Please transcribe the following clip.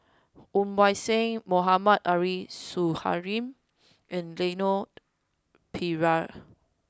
Woon Wah Siang Mohammad Arif Suhaimi and Leon Perera